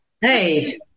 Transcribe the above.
Hey